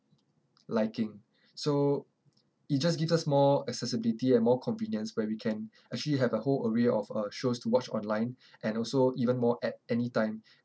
liking so it just gives us more accessibility and more convenience where we can actually have a whole array of uh shows to watch online and also even more at anytime